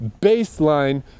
baseline